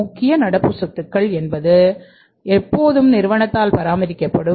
முக்கிய நடப்பு சொத்துக்கள் என்பது எப்போதும் நிறுவனத்தால் பராமரிக்கப்படும்